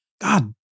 God